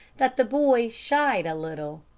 that the boy shied a little.